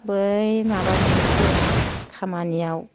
बै माबा मोनसे खामानियाव